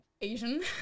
Asian